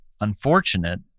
unfortunate